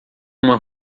uma